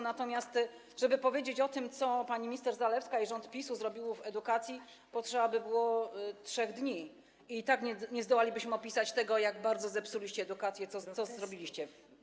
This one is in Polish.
Natomiast żeby powiedzieć o tym, co pani minister Zalewska i rząd PiS-u zrobili w edukacji, potrzeba by było 3 dni, a i tak nie zdołalibyśmy opisać tego, jak bardzo zepsuliście edukację, co zrobiliście.